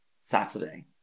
saturday